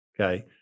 Okay